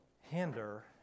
hinder